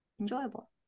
enjoyable